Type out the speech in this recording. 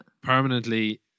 permanently